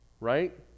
Right